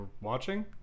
watching